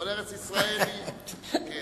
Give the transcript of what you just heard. אבל ארץ-ישראל היא, אני